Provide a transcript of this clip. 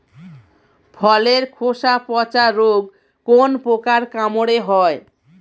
ফলের খোসা পচা রোগ কোন পোকার কামড়ে হয়?